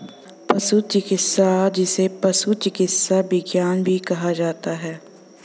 पशु चिकित्सा, जिसे पशु चिकित्सा विज्ञान भी कहा जाता है